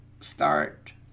start